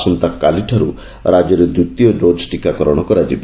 ଆସନ୍ତାକାଲିଠାରୁ ରାଜ୍ୟରେ ଦିତୀୟ ଡୋଜ୍ ଟିକାକରଣ କରାଯିବ